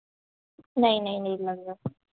नहीं नहीं नहीं लगेगा